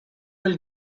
will